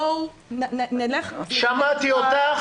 בואו נלך --- שמעתי אותך.